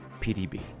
pdb